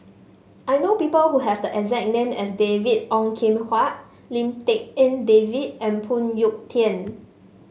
I know people who have the exact name as David Ong Kim Huat Lim Tik En David and Phoon Yew Tien